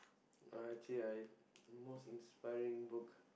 actually I most inspiring book